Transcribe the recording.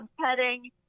petting